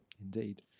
Indeed